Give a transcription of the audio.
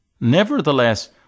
nevertheless